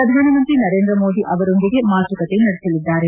ಪ್ರಧಾನಮಂತ್ರಿ ನರೇಂದ್ರ ಮೋದಿ ಅವರೊಂದಿಗೆ ಮಾತುಕತೆ ನಡೆಸಲಿದ್ದಾರೆ